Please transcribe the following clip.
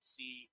see